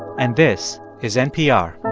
and this is npr